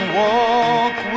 walk